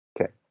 Okay